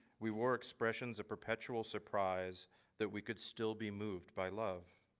we were expressions of perpetual surprise that we could still be moved by love.